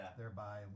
thereby